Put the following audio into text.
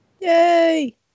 Yay